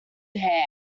there